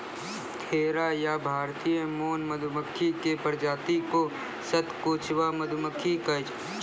खैरा या भारतीय मौन मधुमक्खी के प्रजाति क सतकोचवा मधुमक्खी कहै छै